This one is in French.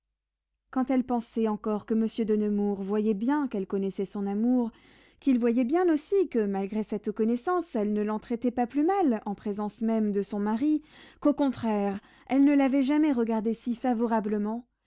quand elle pensait encore que monsieur de nemours voyait bien qu'elle connaissait son amour qu'il voyait bien aussi que malgré cette connaissance elle ne l'en traitait pas plus mal en présence même de son mari qu'au contraire elle ne l'avait jamais regardé si favorablement